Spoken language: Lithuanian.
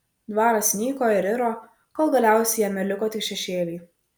dvaras nyko ir iro kol galiausiai jame liko tik šešėliai